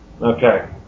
Okay